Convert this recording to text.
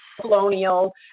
Colonial